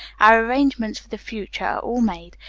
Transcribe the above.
our arrangements for the future are all made.